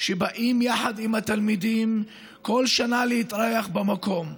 שבאים יחד עם התלמידים כל שנה להתארח במקום?